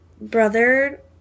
brother